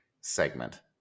segment